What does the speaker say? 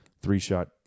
three-shot